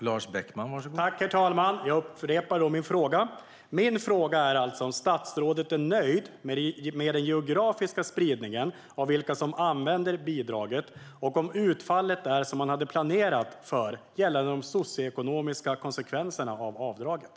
Herr talman! Jag upprepar min fråga: Är statsrådet nöjd med den geografiska spridningen av vilka som använder bidraget? Och är utfallet som man hade planerat gällande de socioekonomiska konsekvenserna av avdraget?